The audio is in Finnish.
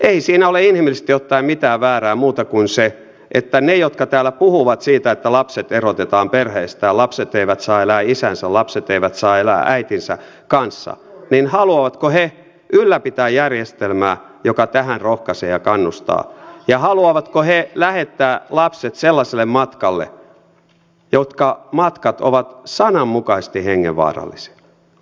ei siinä ole inhimillisesti ottaen mitään väärää muuta kuin se että haluavatko ne jotka täällä puhuvat siitä että lapset erotetaan perheistään lapset eivät saa elää isänsä lapset eivät saa elää äitinsä kanssa ylläpitää järjestelmää joka tähän rohkaisee ja kannustaa ja haluavatko he lähettää lapset sellaiselle matkalle jotka matkat ovat sananmukaisesti hengenvaarallisia